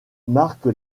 marque